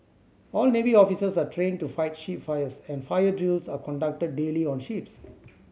all navy officers are trained to fight ship fires and fire drills are conducted daily on ships